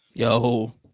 Yo